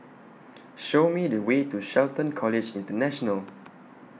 Show Me The Way to Shelton College International